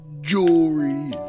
jewelry